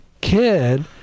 kid